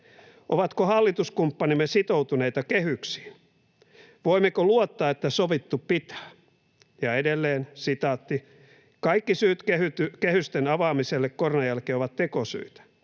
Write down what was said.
”Ovatko hallituskumppanimme sitoutuneita kehyksiin? Voimmeko luottaa, että sovittu pitää?” Ja edelleen : ”Kaikki syyt kehysten avaamiselle koronan jälkeen ovat tekosyitä.”